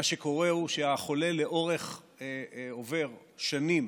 מה שקורה הוא שהחולה עובר שנים